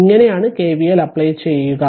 ഇങ്ങനെ ആണ് KVL apply ചെയുക